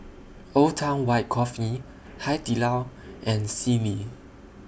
Old Town White Coffee Hai Di Lao and Sealy